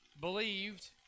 believed